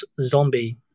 zombie